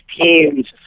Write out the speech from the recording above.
teams